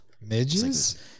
Midges